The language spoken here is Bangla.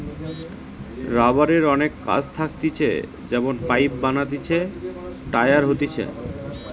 রাবারের অনেক কাজ থাকতিছে যেমন পাইপ বানাতিছে, টায়ার হতিছে